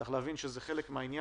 צריך להבין שזה חלק מהעניין.